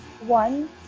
One